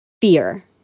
Fear